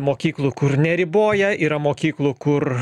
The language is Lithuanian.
mokyklų kur neriboja yra mokyklų kur